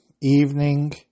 evening